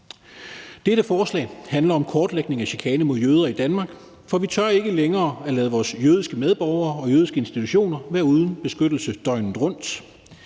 Dette forslag handler om kortlægning af chikane mod jøder i Danmark, for vi tør ikke længere lade vores jødiske medborgere og jødiske institutioner være uden beskyttelse døgnet rundt.